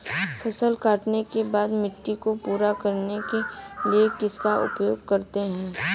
फसल काटने के बाद मिट्टी को पूरा करने के लिए किसका उपयोग करते हैं?